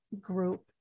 group